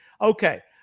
Okay